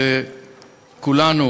שכולנו